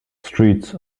streets